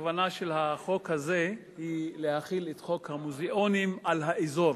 הכוונה של החוק הזה היא להחיל את חוק המוזיאונים על האזור.